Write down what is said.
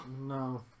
No